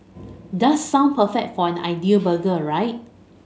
does sound perfect for an ideal burger right